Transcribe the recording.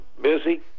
busy